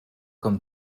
comme